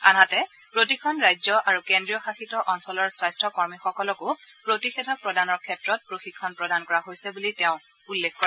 আনহাতে প্ৰতিখন ৰাজ্য আৰু কেন্দ্ৰীয় শাসিত অঞ্চলৰ স্বাস্থ্যকৰ্মীসকলকো প্ৰতিষেধক প্ৰদানৰ ক্ষেত্ৰত প্ৰশিক্ষণ প্ৰদান কৰে হৈছে বুলি তেওঁ উল্লেখ কৰে